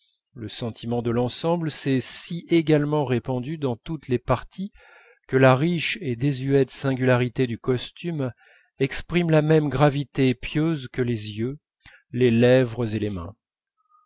le sentiment de l'ensemble s'est si également répandu dans toutes les parties que la riche et désuète singularité du costume exprime la même gravité pieuse que les yeux les lèvres et les mains